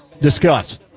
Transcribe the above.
Discuss